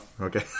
okay